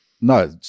no